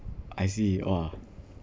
I see !wah!